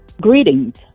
Greetings